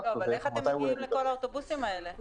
בערך 2/3 מהחברה מופעלים מעבר לקו הירוק בקווים האלה.